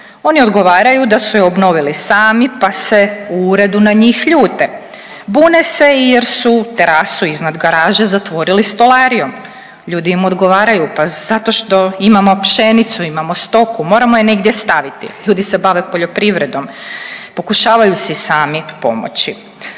oni odgovaraju da su je obnovili sami pa se u uredu na njih ljute, bune se jer su i terasu iznad garaže zatvorili stolarijom. Ljudi im odgovaraju pa zato što imamo pšenicu, imamo stoku moramo je negdje staviti, ljudi se bave poljoprivredom, pokušavaju si sami pomoći.